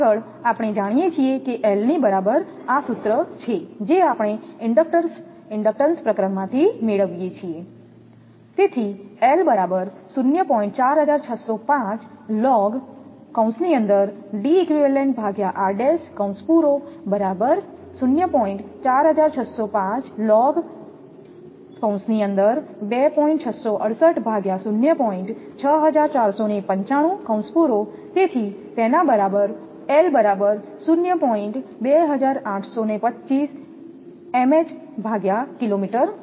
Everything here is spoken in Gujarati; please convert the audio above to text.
આગળ આપણે જાણીએ છીએ કે L ની બરાબર આ સૂત્ર છે જે આપણે ઇન્ડક્ટર્સ ઇન્ડક્ટન્સપ્રકરણમાંથી મેળવીએ છીએ